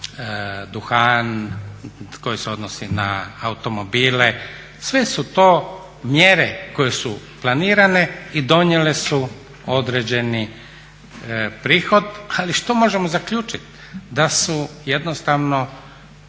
duhan, koji se odnosi na automobile. Sve su to mjere koje su planirane i donijele su određeni prihod ali što možemo zaključit, da su jednostavno